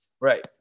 Right